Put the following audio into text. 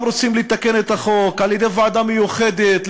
רוצים לתקן את החוק על-ידי ועדה מיוחדת,